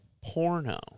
porno